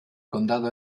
condado